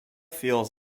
feels